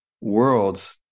worlds